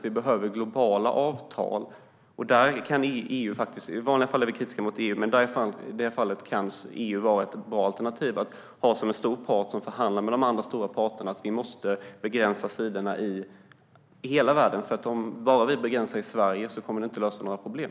Vi behöver globala avtal. I vanliga fall är vi kritiska mot EU, men i det här fallet kan EU vara ett bra alternativ att ha som en stor part som förhandlar med de andra stora parterna. Vi måste begränsa sidorna i hela världen. Om vi bara begränsar i Sverige kommer det inte att lösa några problem.